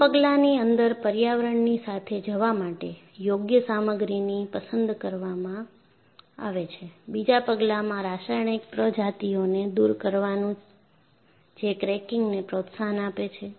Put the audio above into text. પ્રથમ પગલાની અંદર પર્યાવરણની સાથે જવા માટે યોગ્ય સામગ્રીને પસંદ કરવામાં આવે છે બીજા પગલામાં રાસાયણિક પ્રજાતિઓને દૂર કરવાનું જે ક્રેકીંગને પ્રોત્સાહન આપે છે